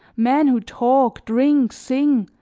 men who talk, drink, sing,